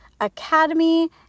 Academy